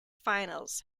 finals